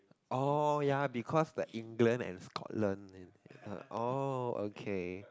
oh ya because the England and Scotland oh okay